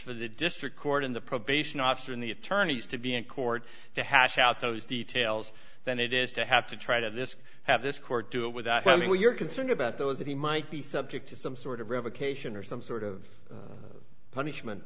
for the district court in the probation officer in the attorneys to be in court to hash out those details than it is to have to try to this have this court do it without i mean when you're concerned about those that he might be subject to some sort of revocation or some sort of punishment